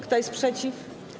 Kto jest przeciw?